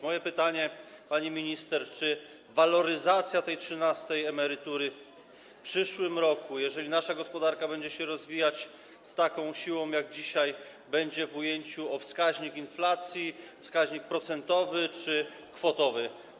Moje pytanie, pani minister: Czy waloryzacja tej 13. emerytury w przyszłym roku, jeżeli nasza gospodarka będzie się rozwijać z taką siłą jak dzisiaj, będzie ujęta w oparciu o wskaźnik inflacji, wskaźnik procentowy czy kwotowy?